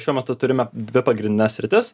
šiuo metu turime dvi pagrindines sritis